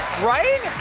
right?